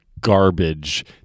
garbage